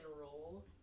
roll